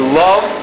love